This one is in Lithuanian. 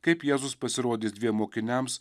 kaip jėzus pasirodys dviem mokiniams